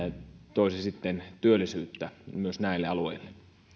toisi työllisyyttä myös näille alueille